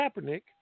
Kaepernick